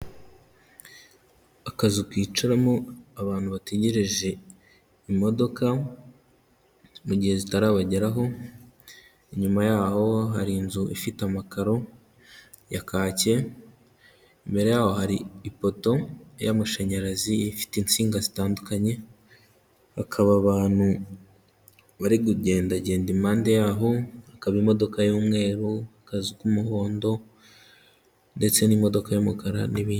Akazu kicaramo abantu bategereje imodoka mu gihe zitarabageraho inyuma yaho hari inzu ifite amakaro ya kakeme yaho hari ipoto y'amashanyarazi ifite insinga zitandukanye bakaba abantu bari kugendagenda impande yaho hakaba imodoka y'umweru k'umuhondo ndetse n'imodoka y'umukara n'ibindi.